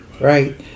Right